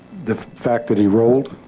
the fact that he rolled?